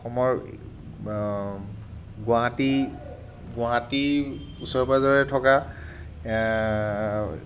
অসমৰ গুৱাহাটী গুৱাহাটীৰ ওচৰে পাঁজৰে থকা